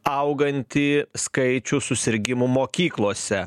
augantį skaičių susirgimų mokyklose